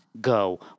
go